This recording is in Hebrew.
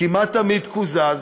כמעט תמיד קוזז.